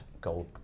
Gold